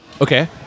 Okay